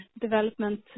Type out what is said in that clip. development